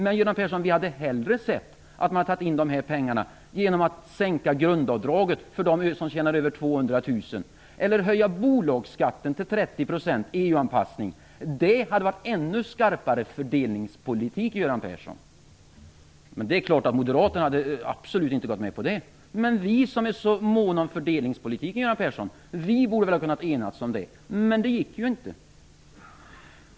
Men, Göran Persson, vi hade hellre sett att man tagit in dessa pengar genom att sänka grundavdraget för dem som tjänar över 200 000 kr eller genom att höja bolagsskatten till 30 %, vilket också skulle vara en EU-anpassning. Det hade varit ännu skarpare fördelningspolitik, Göran Persson. Moderaterna hade naturligtvis absolut inte gått med på det, men vi som är så måna om fördelningspolitiken, Göran Persson, borde väl ha kunnat enas om det. Men det gick inte.